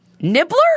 Nibbler